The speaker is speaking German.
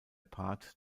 part